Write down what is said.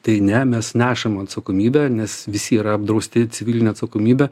tai ne mes nešam atsakomybę nes visi yra apdrausti civiline atsakomybe